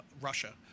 Russia